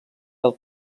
del